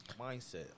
mindset